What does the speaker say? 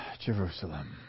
Jerusalem